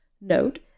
Note